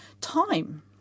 time